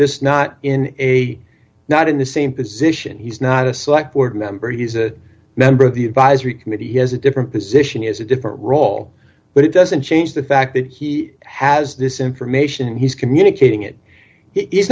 just not in a not in the same position he's not a select board member he's a member of the advisory committee has a different position is a different role but it doesn't change the fact that he has this information and he's communicating it i